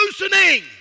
loosening